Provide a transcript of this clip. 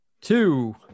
Two